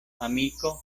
amiko